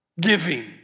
Giving